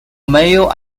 male